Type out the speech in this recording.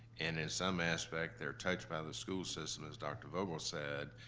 and in some aspect, they're touched by the school system, as dr. vogel said,